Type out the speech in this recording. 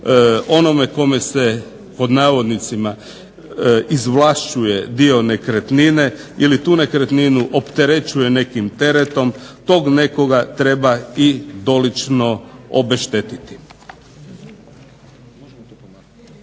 onome kome se "izvlašćuje" dio nekretnine ili tu nekretninu opterećuje nekim teretom tog nekoga treba i dolično obeštetiti.